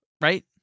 right